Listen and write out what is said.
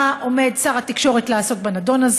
מה עומד שר התקשורת לעשות בנדון?